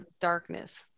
darkness